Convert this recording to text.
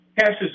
passes